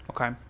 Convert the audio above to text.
okay